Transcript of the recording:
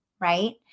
right